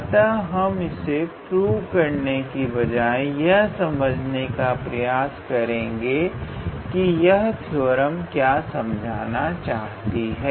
अतः हम इसे प्रूव करने की बजाय यह समझने का प्रयास करेंगे कि यह थ्योरम क्या समझाना चाहती है